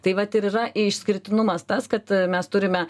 tai vat ir yra išskirtinumas tas kad mes turime